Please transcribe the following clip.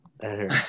better